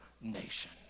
nation